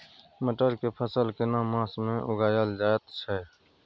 मटर के फसल केना मास में उगायल जायत छै?